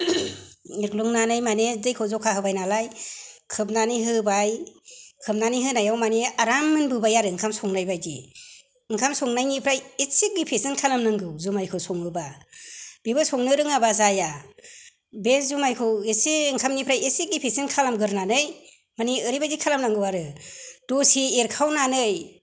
एरग्लुंनानै माने दैखौ जखा होबाय नालाय खोबनानै होबाय खोबनानै होनायाव माने आराम मोनबोबाय आरो ओंखाम संनाय बायदि ओंखाम संनायनिफ्राय एसे गेफेसिन खालामनांगौ जुमायखौ सङोबा बेबो संनो रोङाबा जाया बे जुमायखौ एसे ओंखामनिफ्राय एसे गेफेसिन खालामग्रोनानै माने ओरैबायदि खालामनांगौ आरो दसे एरखावनानै